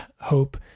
hope